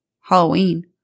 Halloween